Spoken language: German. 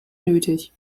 nötig